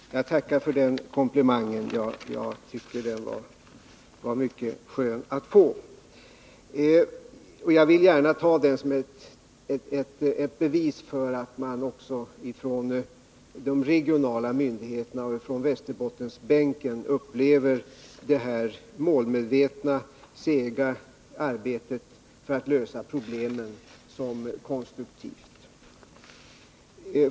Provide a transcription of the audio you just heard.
Jag tackar för den komplimangen. Jag tycker det var skönt att få den, och jag vill gärna ta den som ett bevis för att både de regionala myndigheterna och de ledamöter som sitter på Västerbottensbänken upplever det målmedvetna och sega arbetet för att lösa problemen som konstruktivt.